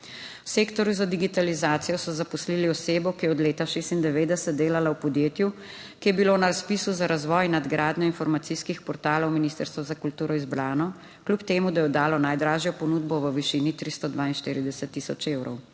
V sektorju za digitalizacijo so zaposlili osebo, ki je od leta 1996 delala v podjetju, ki je bilo na razpisu za razvoj in nadgradnjo informacijskih portalov Ministrstva za kulturo izbrano kljub temu, da je oddalo najdražjo ponudbo v višini 342 tisoč evrov.